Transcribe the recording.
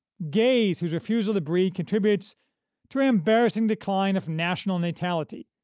gays whose refusal to breed contributes to an embarrassing decline of national natality,